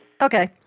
Okay